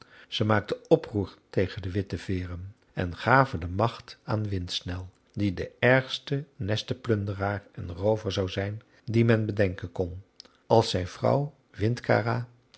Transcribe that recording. zij maakten oproer tegen de witteveeren en gaven de macht aan windsnel die de ergste nestenplunderaar en roover zou zijn die men bedenken kon als zijn vrouw